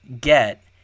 get